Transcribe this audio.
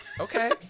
okay